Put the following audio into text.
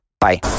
Bye